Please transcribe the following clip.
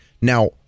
now